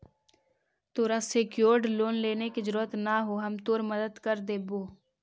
तोरा secured loan लेने के जरूरत न हो, हम तोर मदद कर देबो